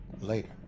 later